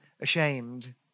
ashamed